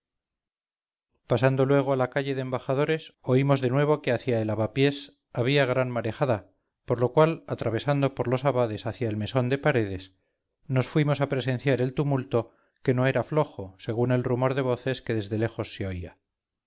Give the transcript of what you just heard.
pasando luego a la calle de embajadores oímos de nuevo que hacia el avapiés había gran marejada por lo cual atravesando por los abades hacia el mesón de paredes nos fuimos a presenciar el tumulto que no era flojo según el rumor de voces que desde lejos